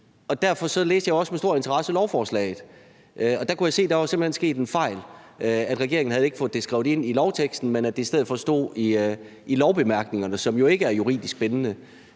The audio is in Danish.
Derfor læste jeg også med stor interesse lovforslaget, og der kunne jeg se, at der simpelt hen var sket en fejl, nemlig at regeringen ikke havde fået skrevet det ind i lovteksten, men at det i stedet for stod i lovbemærkningerne, som jo ikke er juridisk bindende.